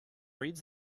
reads